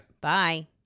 Bye